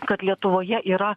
kad lietuvoje yra